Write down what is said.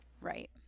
right